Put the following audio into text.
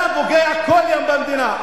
אתה פוגע כל יום במדינה.